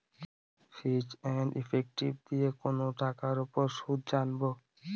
ফিচ and effective দিয়ে কোনো টাকার উপর সুদ জানবো